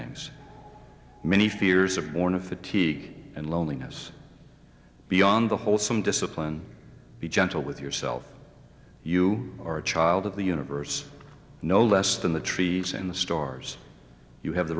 gs many fears are born of fatigue and loneliness beyond the wholesome discipline be gentle with yourself you are a child of the universe no less than the trees in the stars you have the